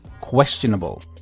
questionable